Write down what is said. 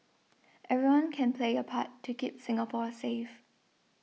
everyone can play a part to keep Singapore safe